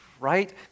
right